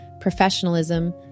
professionalism